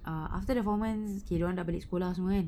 err after the four months dia orang nak balik sekolah semua kan